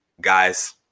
guys